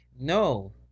no